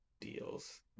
Deals